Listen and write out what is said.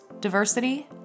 diversity